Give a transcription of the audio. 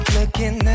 Looking